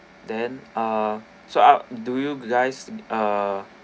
then ah so I'll do you guys ah